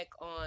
on